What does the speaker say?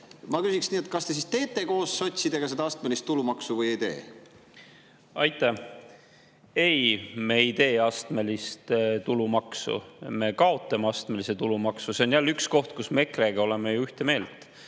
Ma küsiks nii: kas te siis teete koos sotsidega astmelist tulumaksu või ei tee? Aitäh! Ei, me ei tee astmelist tulumaksu, me kaotame astmelise tulumaksu. See on jälle üks koht, kus me ju EKRE-ga oleme ühte meelt.